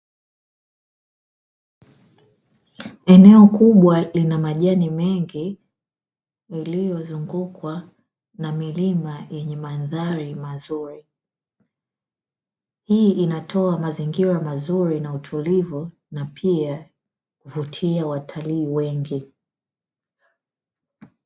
Eneo kubwa lina majani mengi lililozungukwa na milima yenye madhari mazuri. Hii inatoa mazingira mazuri na utulivu na pia kuvutia watalii wengi.